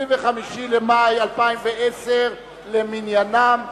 25 במאי 2010 למניינם,